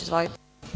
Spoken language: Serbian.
Izvolite.